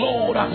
Lord